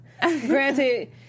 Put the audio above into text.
Granted